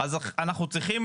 אז אנחנו צריכים